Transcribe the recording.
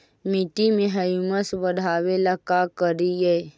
मिट्टियां में ह्यूमस बढ़ाबेला का करिए?